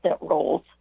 roles